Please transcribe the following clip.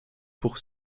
pour